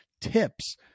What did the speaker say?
tips